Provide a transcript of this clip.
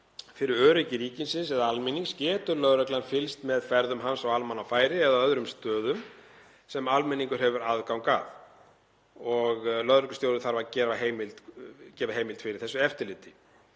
fyrir öryggi ríkisins eða almennings getur lögreglan fylgst með ferðum hans á almannafæri eða öðrum stöðum sem almenningur hefur aðgang að. Lögreglustjóri þarf að gefa heimild fyrir þessu eftirliti.